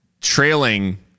trailing